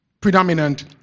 predominant